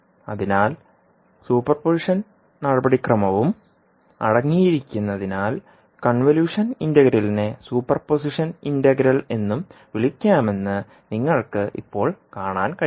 അതിനാൽ സൂപ്പർപൊസിഷൻ നടപടിക്രമവും അടങ്ങിയിരിക്കുന്നതിനാൽ കൺവല്യൂഷൻ ഇന്റഗ്രലിനെ സൂപ്പർ പൊസിഷൻ ഇന്റഗ്രൽ എന്നും വിളിക്കാമെന്ന് നിങ്ങൾക്ക് ഇപ്പോൾ കാണാൻ കഴിയും